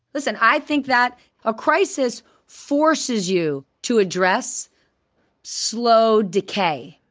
listen, i think that a crisis forces you to address slow decay.